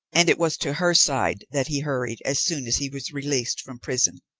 and it was to her side that he hurried as soon as he was released from prison.